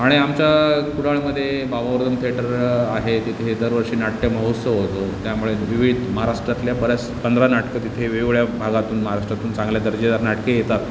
आणि आमच्या कुडाळमध्ये बाबा वर्दम थेटर आहे तिथे दरवर्षी नाट्य महोत्सव होतो त्यामुळे विविध महाराष्ट्रातल्या बऱ्याच पंधरा नाटकं तिथे वेगवेगळ्या भागातून महाराष्ट्रातून चांगल्या दर्जेदार नाटके येतात